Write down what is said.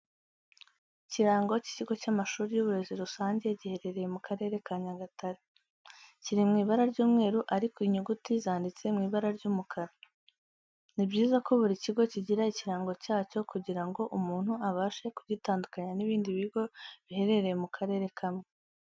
Ikirango cy'ikigo cy'amashuri y'uburezi rusange giherereye mu Karere ka Nyagatare. Kiri mu ibara ry'umweru ariko inyuguti zanditse mu ibara ry'umukara. Ni byiza ko buri kigo kigira ikirango cyacyo kugira ngo umuntu abashe kugitandukanya n'ibindi bigo biherere mu karere kamwe.